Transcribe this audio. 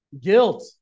Guilt